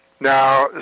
Now